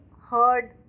heard